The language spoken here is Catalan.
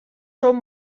són